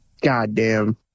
goddamn